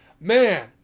man